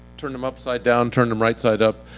turned them upside down, turned them right side up,